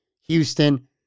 Houston